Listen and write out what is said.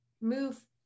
move